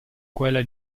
quella